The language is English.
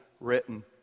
written